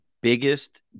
biggest